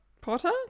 Potter